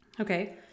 Okay